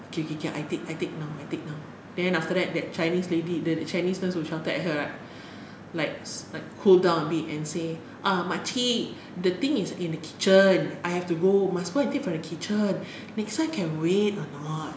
K K K I take I take now I take now then after that that chinese lady the chinese nurse who shouted at her right like cool down a bit and say ah makcik the thing is in the kitchen I have to go must go and take from the kitchen next time can wait or not